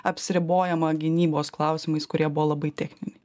apsiribojama gynybos klausimais kurie buvo labai techniniai